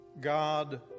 God